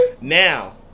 Now